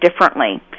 differently